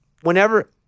whenever